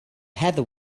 heather